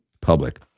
public